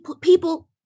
people